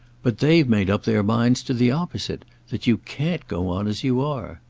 but they've made up their minds to the opposite that you can't go on as you are.